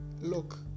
look